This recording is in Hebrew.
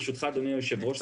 ברשותך אדוני היושב-ראש,